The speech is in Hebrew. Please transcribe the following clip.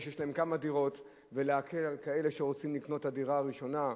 שיש להם כמה דירות ולהקל על כאלה שרוצים לקנות את הדירה הראשונה,